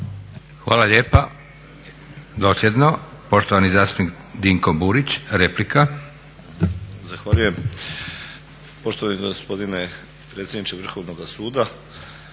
Hvala lijepa. Dosljedno. Poštovani zastupnik Dinko Burić, replika. **Burić, Dinko (HDSSB)** Zahvaljujem. Poštovani gospodine predsjedniče Vrhovnoga suda,